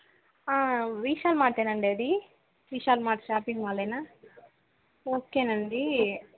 విశాల్ మార్టేనా అండి అది విశాల్ మార్ట్ షాపింగ్ మాలేనా ఓకే అండి